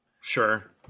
Sure